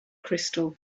crystal